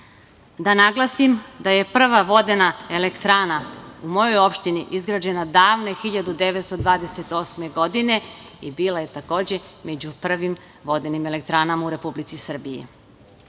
naglasim da je prva vodena elektrana u mojoj opštini izgrađena davne 1928. godine i bila je takođe među prvim vodenim elektranama u Republici Srbiji. Ne